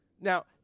Now